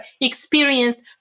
experienced